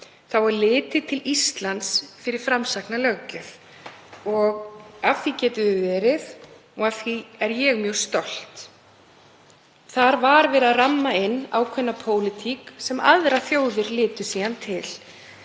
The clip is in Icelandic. var litið til Íslands fyrir framsækna löggjöf og af því getum við verið stolt og af því er ég mjög stolt. Þar var verið að ramma inn ákveðna pólitík sem aðrar þjóðir litu síðan til.